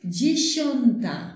dziesiąta